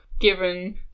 given